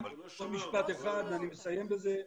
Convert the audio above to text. עוד משפט אחד ואני מסיים בזה.